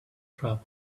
travel